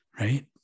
Right